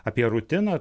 apie rutiną